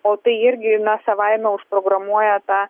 o tai irgi na savaime užprogramuoja tą